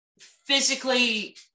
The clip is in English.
physically